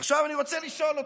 עכשיו אני רוצה לשאול אותו: